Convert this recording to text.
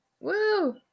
Woo